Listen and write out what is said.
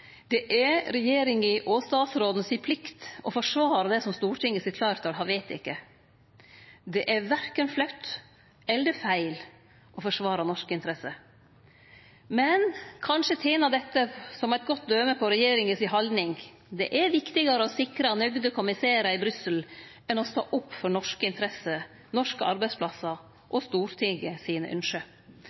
Det er regjeringa og statsråden si plikt å forsvare det som Stortinget sitt fleirtal har vedteke. Det er verken flaut eller feil å forsvare norske interesser. Men kanskje tener dette som eit godt døme på regjeringa si haldning, det er viktigare å sikre nøgde kommissærar i Brussel enn å stå opp for norske interesser, norske arbeidsplassar og Stortinget sine